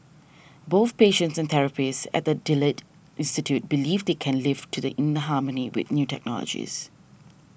both patients and therapists at the Delete Institute believe they can live in harmony with the new technologies